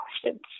questions